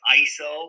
iso